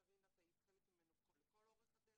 קארין, את היית חלק ממנו לכל אורך הדרך,